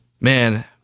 Man